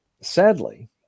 sadly